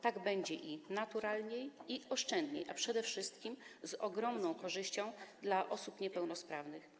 Tak będzie naturalniej i oszczędniej, a przede wszystkim z ogromną korzyścią dla osób niepełnosprawnych.